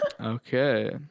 Okay